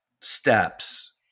steps